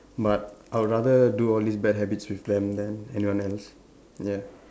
but I'll rather do all these bad habits with them than anyone else ya